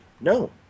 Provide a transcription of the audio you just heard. No